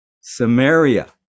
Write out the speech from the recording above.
samaria